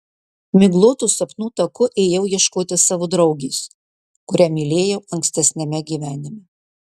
miglotu sapnų taku ėjau ieškoti savo draugės kurią mylėjau ankstesniame gyvenime